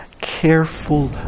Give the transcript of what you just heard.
careful